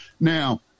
Now